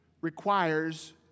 requires